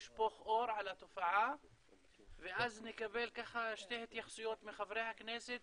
לשפוך אור על התופעה ואז נקבל שתי התייחסויות מחברי הכנסת